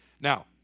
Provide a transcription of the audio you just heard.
Now